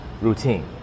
routine